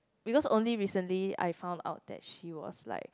because only recently I found out that she was like